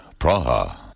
Praha